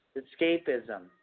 escapism